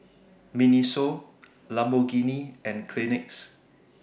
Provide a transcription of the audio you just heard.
Miniso Lamborghini and Kleenex